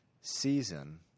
season